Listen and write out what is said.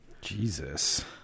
jesus